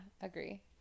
agree